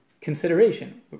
consideration